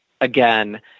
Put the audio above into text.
again